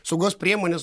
saugos priemones